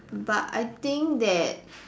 but I think that